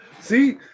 See